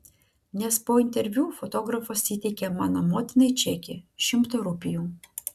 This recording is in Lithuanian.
nes po interviu fotografas įteikė mano motinai čekį šimto rupijų